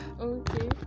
Okay